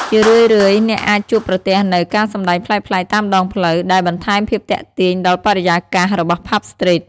ជារឿយៗ អ្នកអាចជួបប្រទះនូវ ការសម្ដែងប្លែកៗតាមដងផ្លូវ ដែលបន្ថែមភាពទាក់ទាញដល់បរិយាកាសរបស់ ផាប់ ស្ទ្រីត ។